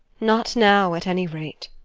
not now, at any rate.